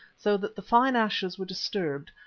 so that the fine ashes were disturbed,